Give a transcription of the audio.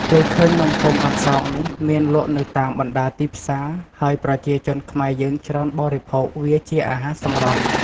គេឃើញនំំពងអន្សងនេះមានលក់នៅតាមបណ្តាទីផ្សារ ហើយប្រជាជនខ្មែរយើងច្រើនបរិភោគវាជាអាហារសម្រន់។